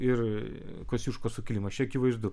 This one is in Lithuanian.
ir kosciuškos sukilimas čia akivaizdu